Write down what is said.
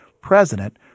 president